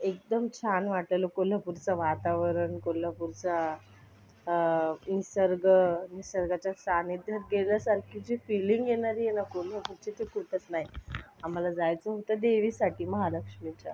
एकदम छान वाटलेलं कोल्हापूरचं वातावरण कोल्हापूरचा निसर्ग निसर्गाच्या सान्निध्यात गेल्यासारखी जी फिलिंग येणारी आहे ना जी कोल्हापूरची ती कुठंच नाही आम्हाला जायचं होतं देवीसाठी महालक्ष्मीच्या